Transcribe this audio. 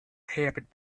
happened